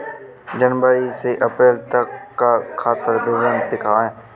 जनवरी से अप्रैल तक का खाता विवरण दिखाए?